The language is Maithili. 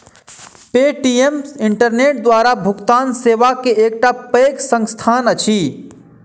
पे.टी.एम इंटरनेट द्वारा भुगतान सेवा के एकटा पैघ संस्थान अछि